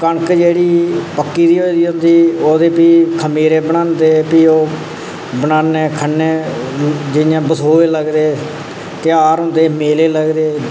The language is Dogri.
कनक जेह्ड़ी पक्की दी होई दी होंदी ओह्दे फिर खमीरे बनांदे भी ओह् बनान्ने खन्ने जि'यां बसोऐ लगदे तोहार होंदे मेले लगदे